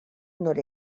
nord